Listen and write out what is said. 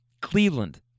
Cleveland